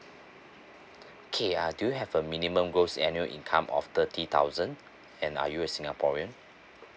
okay uh do you have a minimum gross annual income of thirty thousand and are you a singaporean